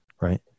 right